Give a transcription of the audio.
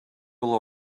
will